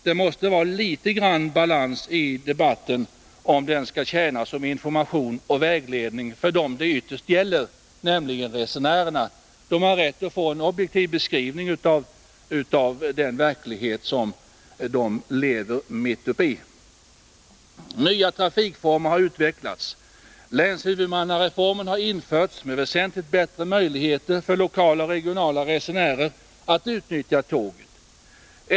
Det måste vara litet balans i Måndagen den debatten, om den skall tjäna som information och vägledning för dem det 1 februari 1982 ytterst gäller, nämligen resenärerna. De har rätt att få en objektiv beskrivning av den verklighet som de lever mitt i. Om pendeltågstra Nya trafikformer har utvecklats. Länshuvudmannareformen har införts, fiken i Stockmed väsentligt bättre möjligheter för lokala och regionala resenärer att utnyttja tågen.